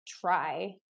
try